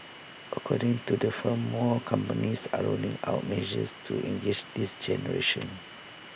according to the firm more companies are rolling out measures to engage this generation